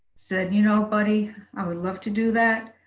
said, you know, buddy. i would love to do that,